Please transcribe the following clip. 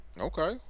Okay